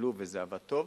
קיבלו וזה עבד טוב,